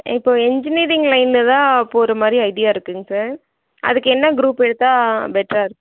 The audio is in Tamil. இப்போ இன்ஜினியரிங் லைனில் தான் போகறமாரி ஐடியா இருக்குங்க சார் அதுக்கு என்ன குரூப் எடுத்தால் பெட்டராக இருக்கும்